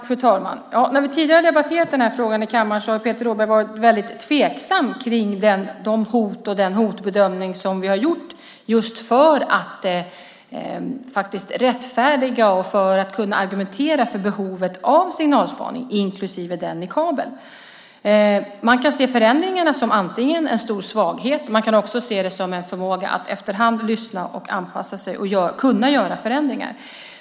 Fru talman! När vi tidigare har debatterat den här frågan i kammaren har Peter Rådberg varit mycket tveksam till den hotbedömning som vi har gjort för att just rättfärdiga och argumentera för behovet av signalspaning, inklusive den i kabel. Man kan se förändringarna antingen som en stor svaghet eller som en förmåga att efter hand lyssna, anpassa sig och göra förändringar.